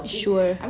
sure